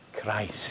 Christ